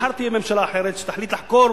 מחר תהיה ממשלה אחרת שתחליט לחקור